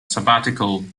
sabbatical